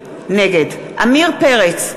נגד עמיר פרץ,